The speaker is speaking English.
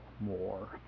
more